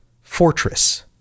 fortress